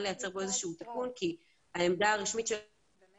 לייצר בו איזה שהוא תיקון כי העמדה הרשמית שלנו